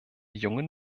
jungen